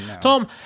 Tom